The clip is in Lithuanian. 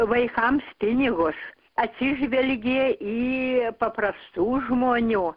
vaikams pinigus atsižvelgė į paprastų žmonių